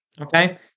okay